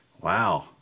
wow